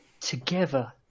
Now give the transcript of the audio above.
together